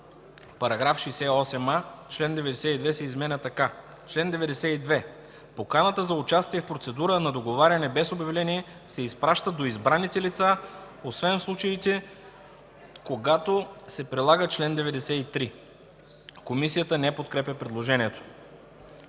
68а: „§ 68а. Член 92 се изменя така: „Чл. 92. Поканата за участие в процедура на договаряне без обявление се изпраща до избраните лица, освен в случаите, когато се прилага чл. 93.” Комисията не подкрепя предложението.